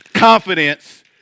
Confidence